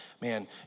man